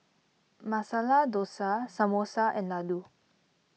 Masala Dosa Samosa and Ladoo